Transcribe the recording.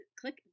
click